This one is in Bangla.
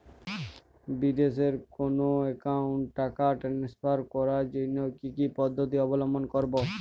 বিদেশের কোনো অ্যাকাউন্টে টাকা ট্রান্সফার করার জন্য কী কী পদ্ধতি অবলম্বন করব?